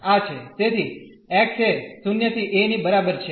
તેથી x એ 0 થી a ની બરાબર છે